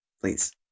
Please